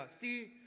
See